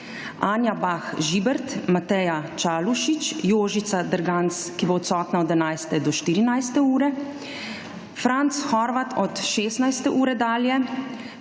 Anja Bah Žibert, Mateja Čalušić, Jožica Derganc od 11.00 do 14. ure, Franc Horvat od 16. ure dalje,